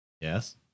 Yes